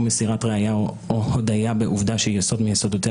מסירת ראיה או הודיה בעובדה שהיא יסוד מיסודותיה